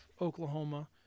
Oklahoma